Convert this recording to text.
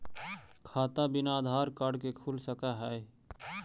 खाता बिना आधार कार्ड के खुल सक है?